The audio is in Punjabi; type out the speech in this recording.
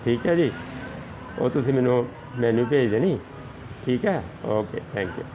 ਠੀਕ ਹੈ ਜੀ ਉਹ ਤੁਸੀਂ ਮੈਨੂੰ ਮੈਨੂੰ ਭੇਜ ਦੇਣੀ ਠੀਕ ਹੈ ਓਕੇ ਥੈਂਕਿ ਯੂ